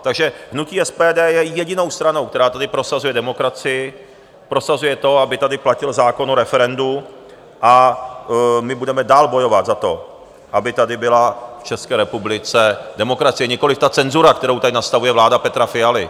Takže hnutí SPD je jedinou stranou, která tady prosazuje demokracii, prosazuje to, aby tady platil zákon o referendu, a my budeme dál bojovat za to, aby tady byla v České republice demokracie, nikoli cenzura, kterou tady nastavuje vláda Petra Fialy.